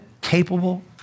capable